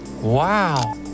Wow